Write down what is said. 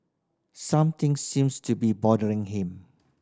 something seems to be bothering him